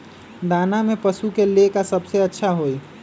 दाना में पशु के ले का सबसे अच्छा होई?